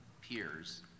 peers